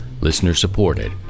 listener-supported